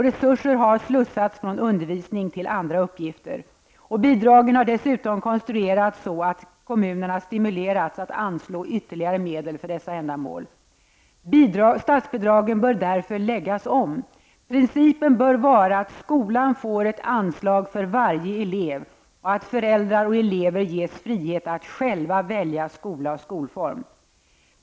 Resurser har slussats från undervisning till andra uppgifter. Bidragen har dessutom konstruerats så att kommunerna stimulerats att anslå ytterligare medel för dessa ändamål. Statsbidragen bör därför läggas om. Principen bör vara att skolan får ett anslag för varje elev och att föräldrar och elever ges frihet att själva välja skola och skolform.